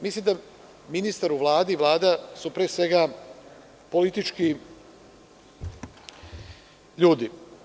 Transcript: Mislim da ministar u Vladi i Vlada su pre svega politički ljudi.